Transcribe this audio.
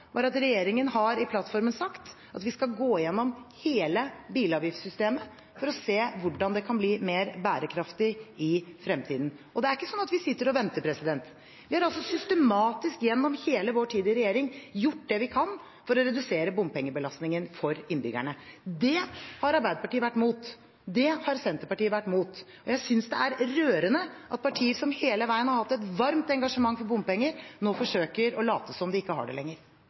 var at regjeringen har sagt i plattformen at vi skal gå gjennom hele bilavgiftssystemet for å se hvordan det kan bli mer bærekraftig i fremtiden. Og det er ikke slik at vi sitter og venter. Vi har systematisk – gjennom hele vår tid i regjering – gjort det vi kan for å redusere bompengebelastningen for innbyggerne. Det har Arbeiderpartiet vært mot. Det har Senterpartiet vært mot. Jeg synes det er rørende at partier som hele veien har hatt et varmt engasjement for bompenger, nå forsøker å late som om de ikke har det lenger.